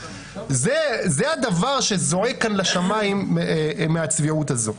זה הדבר שזועק כאן לשמיים מהצביעות הזו.